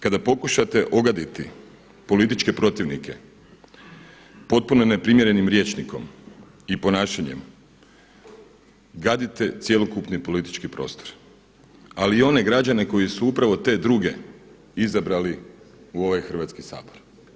Kada pokušate ogaditi političke protivnike, potpuno neprimjerenim rječnikom i ponašanjem, gadite cjelokupni politički prostor, ali i one građane koji su upravo te druge izabrali u ovaj Hrvatski sabor.